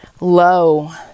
low